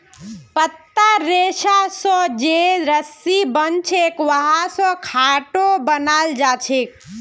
पत्तार रेशा स जे रस्सी बनछेक वहा स खाटो बनाल जाछेक